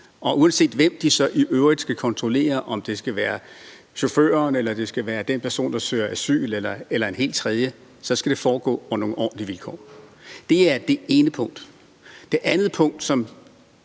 1. Uanset hvem de så i øvrigt skal kontrollere – om det skal være chaufføren, eller det skal være den person, der søger asyl, eller en helt tredje – så skal det foregå på nogle ordentlige vilkår. Det er det ene punkt. Det andet punkt, som